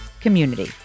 community